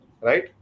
right